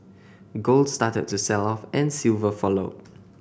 gold started to sell off and silver followed